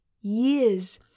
years